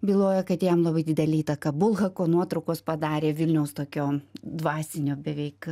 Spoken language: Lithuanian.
byloja kad jam labai didelę įtaką bulhako nuotraukos padarė vilniaus tokio dvasinio beveik